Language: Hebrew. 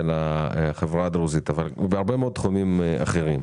החברה הדרוזית אלא בהרבה מאוד תחומים אחרים,